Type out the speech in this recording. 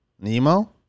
Nemo